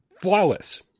Flawless